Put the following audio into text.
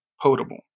potable